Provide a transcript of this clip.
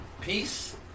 Peace